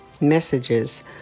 messages